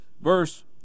verse